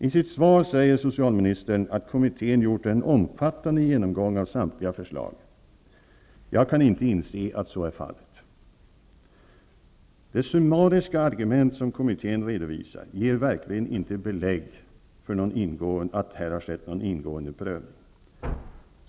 I sitt svar säger socialministern att kommittén har gjort en omfattande genomgång av samtliga förslag. Jag kan inte inse att så är fallet. De summariska argument som kommittén redovisar ger verkligen inte belägg för att här har skett någon ingående prövning.